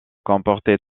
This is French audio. comportait